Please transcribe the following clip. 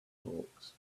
hawks